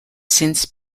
since